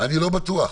אנחנו נבחן,